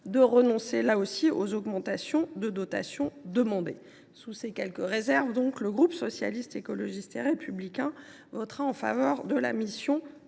de renoncer aux augmentations de dotations demandées. Sous ces quelques réserves, le groupe Socialiste, Écologiste et Républicain votera en faveur des crédits